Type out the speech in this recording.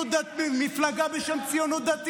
מפלגה בשם ציונות דתית,